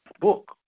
book